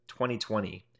2020